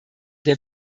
der